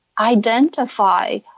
identify